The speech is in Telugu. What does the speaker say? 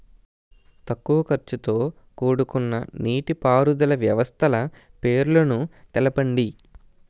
తక్కువ ఖర్చుతో కూడుకున్న నీటిపారుదల వ్యవస్థల పేర్లను తెలపండి?